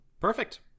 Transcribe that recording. Perfect